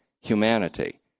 humanity